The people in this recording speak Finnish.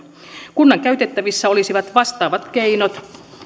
kunnan käytettävissä olisivat vastaavat keinot